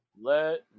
Let